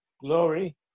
glory